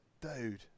dude